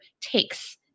takes